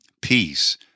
peace